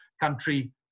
country